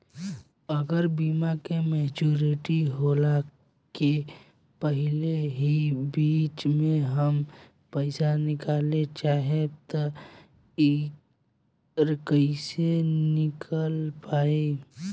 अगर बीमा के मेचूरिटि होला के पहिले ही बीच मे हम पईसा निकाले चाहेम त कइसे निकाल पायेम?